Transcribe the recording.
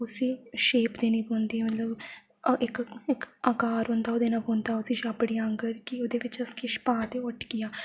उस्सी शेप देनी पौंदी मतलब इक इक आकार होंदा ओह् देना पौंदा उस्सी छाबड़ी आंगर कि ओह्दे बिच अस किश पा दे ओह् टिकी आ